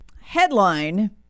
headline